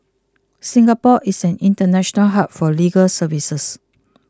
Singapore is an international hub for legal services